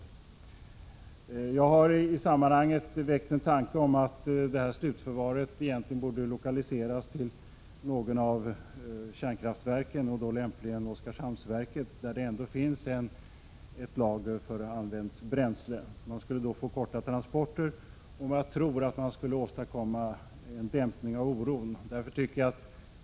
Jag har i sammanhanget väckt tanken på att slutförvaret egentligen borde lokaliseras till något av kärnkraftverken, och då lämpligen till Oskarshamnsverket, där det ändå finns ett lager för använt bränsle. Man skulle då få korta transporter. Jag tror att man därigenom skulle åstadkomma en dämpning av oron.